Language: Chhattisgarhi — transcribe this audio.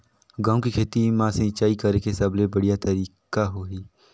गंहू के खेती मां सिंचाई करेके सबले बढ़िया तरीका होही?